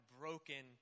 broken